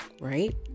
Right